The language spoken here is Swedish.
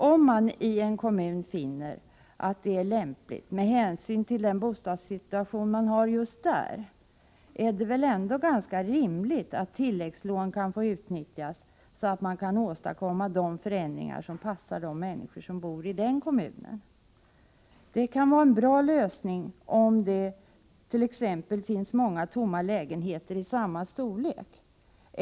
Om man i en kommun finner att detta där är lämpligt, med hänsyn till den bostadssituation man har just där, är det väl ändå ganska rimligt att tilläggslån kan få utnyttjas, så att man kan åstadkomma de förändringar som passar just de människor som bor i den kommunen. Det kan vara en bra lösning om dett.ex. finns många tomma lägenheter i samma storlek.